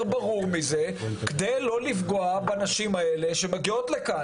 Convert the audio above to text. ברור מזה כדי לא לפגוע בנשים האלה שמגיעות לכאן.